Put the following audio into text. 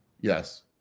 Yes